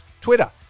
Twitter